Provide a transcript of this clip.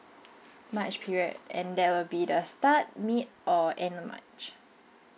march period and there will be the start mid or end march